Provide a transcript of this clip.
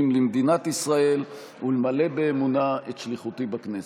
למדינת ישראל ולמלא באמונה את שליחותי בכנסת.